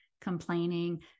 complaining